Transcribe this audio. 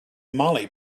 molly